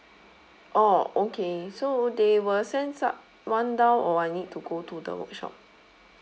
orh okay so they will send someone down or I need to go to the workshop